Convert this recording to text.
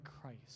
Christ